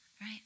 right